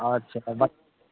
अच्छा